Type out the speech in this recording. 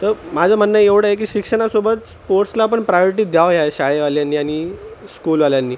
तर माझं म्हणणं एवढं आहे की शिक्षणासोबत स्पोर्ट्सला पण प्रायॉरिटी द्यावी ह्या शाळावाल्यांनी आणि स्कूलवाल्यांनी